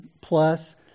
plus